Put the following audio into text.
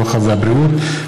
הרווחה והבריאות.